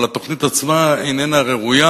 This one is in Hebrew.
אבל התוכנית עצמה איננה ראויה,